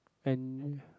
and